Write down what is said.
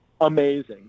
amazing